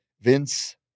Vince